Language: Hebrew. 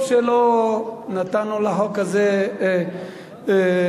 טוב שלא נתנו לחוק הזה להיעלם,